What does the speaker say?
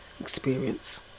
experience